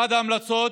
אחת ההמלצות